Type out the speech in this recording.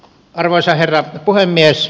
arvoisa herra puhemies